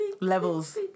levels